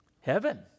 Heaven